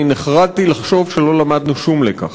אני נחרדתי לחשוב שלא למדנו שום לקח.